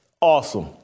awesome